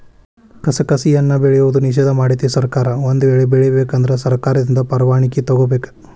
ಕಸಕಸಿಯನ್ನಾ ಬೆಳೆಯುವುದು ನಿಷೇಧ ಮಾಡೆತಿ ಸರ್ಕಾರ ಒಂದ ವೇಳೆ ಬೆಳಿಬೇಕ ಅಂದ್ರ ಸರ್ಕಾರದಿಂದ ಪರ್ವಾಣಿಕಿ ತೊಗೊಬೇಕ